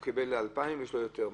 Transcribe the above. הוא קיבל 2,000 ויש לו יותר.